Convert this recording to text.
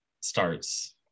starts